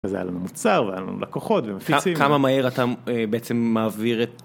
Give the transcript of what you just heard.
אז היה לנו מוצר והיה לנו לקוחות ומפיצים, כמה מהר אתה בעצם מעביר את.